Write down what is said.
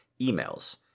emails